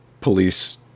police